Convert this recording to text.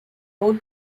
road